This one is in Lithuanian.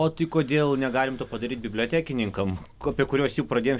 o kodėl negalim to padaryt bibliotekininkam apie kuriuos jau pradėjom